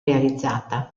realizzata